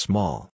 Small